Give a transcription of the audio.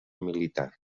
militar